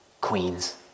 queens